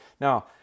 Now